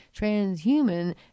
transhuman